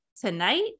tonight